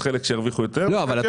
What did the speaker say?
יש חלק שירוויחו יותר וחלק פחות.